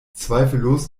zweifellos